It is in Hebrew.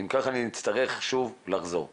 ואם כך אני אצטרך שוב לחזור ולומר.